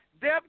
Deb